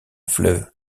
fleuve